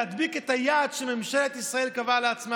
להדביק את היעד שממשלת ישראל קבעה לעצמה